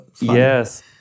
yes